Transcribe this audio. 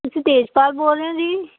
ਤੁਸੀਂ ਤੇਜਪਾਲ ਬੋਲ ਰਹੇ ਹੋ ਜੀ